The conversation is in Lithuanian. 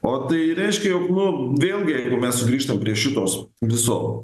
o tai reiškia jog nu vėlgi jeigu mes sugrįžtam prie šitos viso